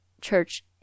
church